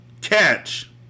Catch